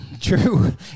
True